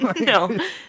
No